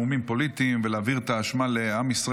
פוליטיים ולהעביר את האשמה לעם ישראל.